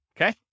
okay